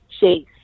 Chase